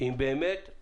אנחנו